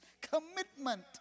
Commitment